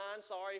sorry